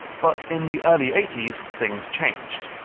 but in the early eighty s, things changed.